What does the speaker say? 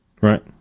Right